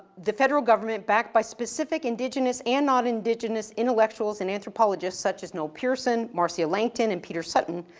the federal government, backed by specific indigenous and nonindigenous intellectuals and anthropologists such as, noel pearson, marcia langton, and peter sutton,